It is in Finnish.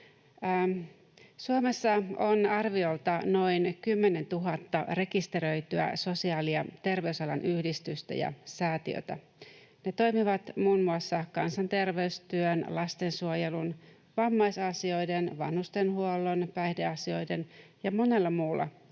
Suomessa on arviolta noin 10 000 rekisteröityä sosiaali- ja terveysalan yhdistystä ja säätiötä. Ne toimivat muun muassa kansanterveystyön, lastensuojelun, vammaisasioiden, vanhustenhuollon, päihdeasioiden ja monella muulla